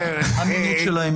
האמינות שלהם.